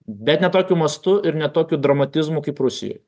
bet ne tokiu mastu ir ne tokiu dramatizmu kaip rusijoj